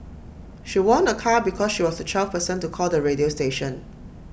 she won A car because she was the twelfth person to call the radio station